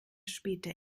später